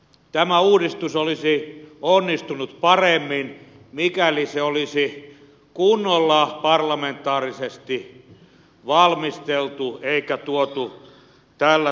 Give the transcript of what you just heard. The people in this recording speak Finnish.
tämä uudistus olisi onnistunut paremmin mikäli se olisi kunnolla parlamentaarisesti valmisteltu eikä tuotu tällä tavoin